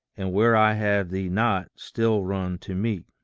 and where i have thee not, still run to meet.